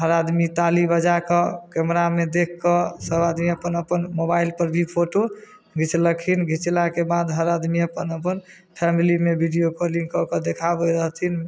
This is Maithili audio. हर आदमी ताली बजा कऽ कैमरामे देख कऽ सब आदमी अपन अपन मोबाइल पर भी फोटो घिचलखिन घिचलाके बाद हर आदमी अपन अपन फैमिलीमे वीडियो कॉलिंग कऽ कऽ देखाबै रहथिन